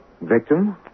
Victim